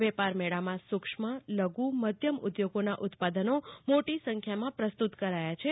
વેપારમેળામાં સુક્ષ્મ લઘુ મધ્યમ ઉદ્યોગોના ઉત્પાદનો મોટી સંખ્યામાં પ્રસ્તૃત કરાયા છે